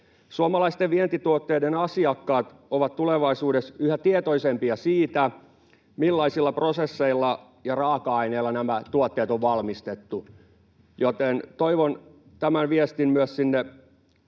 Suomalaisten vientituotteiden asiakkaat ovat tulevaisuudessa yhä tietoisempia siitä, millaisilla prosesseilla ja raaka-aineilla nämä tuotteet on valmistettu, joten toivon tämän viestin myös muille,